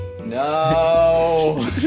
No